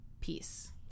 Peace